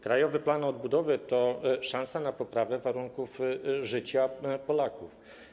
Krajowy plan odbudowy to szansa na poprawę warunków życia Polaków.